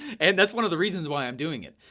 and that's one of the reasons why i'm doing it.